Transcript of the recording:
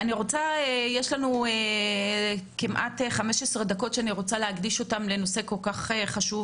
אני להקדיש את 15 הדקות שנותרו לנושא כל כך חשוב,